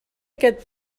aquest